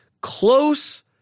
close